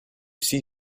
see